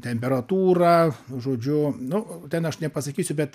temperatūra žodžiu nu ten aš nepasakysiu bet